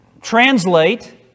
translate